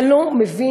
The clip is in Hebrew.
אתה לא מבין,